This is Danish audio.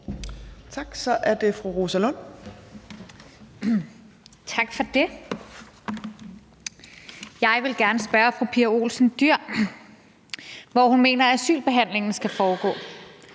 Lund. Kl. 13:16 Rosa Lund (EL) : Tak for det. Jeg vil gerne spørge fru Pia Olsen Dyhr, hvor hun mener asylbehandlingen skal foregå.